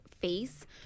face